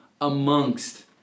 amongst